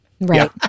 Right